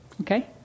Okay